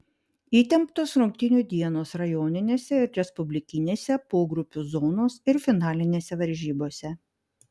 įtemptos rungtynių dienos rajoninėse ir respublikinėse pogrupių zonos ir finalinėse varžybose